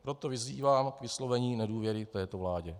Proto vyzývám k vyslovení nedůvěry této vládě.